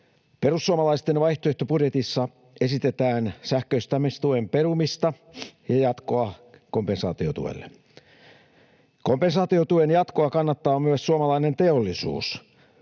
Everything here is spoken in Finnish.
Perussuomalaisten vaihtoehtobudjetissa esitetään sähköistämistuen perumista ja jatkoa kompensaatiotuelle. Kompensaatiotuen jatkoa kannattaa myös suomalainen teollisuus,